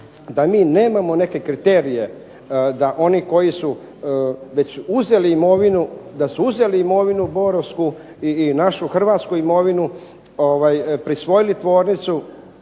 da mi nemamo neke kriterije da oni koji su već uzeli imovinu, da su uzeli imovinu borovsku i našu hrvatsku imovinu, prisvojili tvornicu,